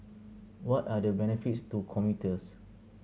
what are the benefits to commuters